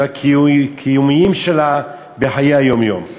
הקיומיים שלה בחיי היום-יום.